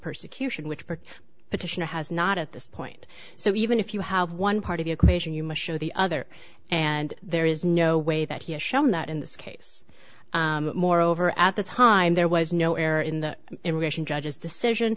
persecution which park petition has not at this point so even if you have one part of the equation you must show the other and there is no way that he has shown that in this case moreover at the time there was no error in the immigration judge's decision